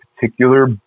particular